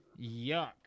Yuck